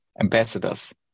ambassadors